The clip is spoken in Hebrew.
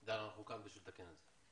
דן, אנחנו כאן בשביל לתקן את זה.